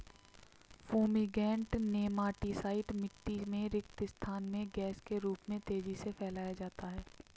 fumigant nematicide मिटटी में रिक्त स्थान में गैस के रूप में तेजी से फैलाया जाता है